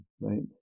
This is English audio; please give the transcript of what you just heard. right